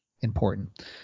important